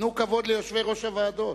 תנו כבוד ליושבי-ראש הוועדות.